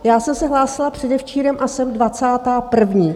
Já jsem se hlásila předevčírem a jsem dvacátá první.